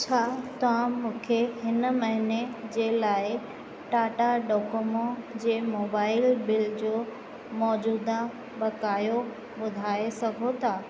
छा तव्हां मूंखे हिन महीने जे लाइ टाटा डोकोमो जे मोबाइल बिल जो मौजूदा बकायो ॿुधाए सघो था